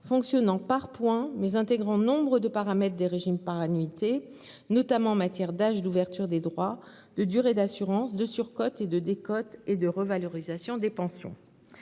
fonctionnant par points, mais intégrant nombre de paramètres des régimes par annuités, notamment en matière d'âge d'ouverture des droits, de durée d'assurance, de surcote et de décote et de revalorisation des pensions.